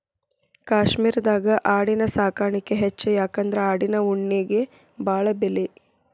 ಕಾಶ್ಮೇರದಾಗ ಆಡಿನ ಸಾಕಾಣಿಕೆ ಹೆಚ್ಚ ಯಾಕಂದ್ರ ಆಡಿನ ಉಣ್ಣಿಗೆ ಬಾಳ ಬೆಲಿ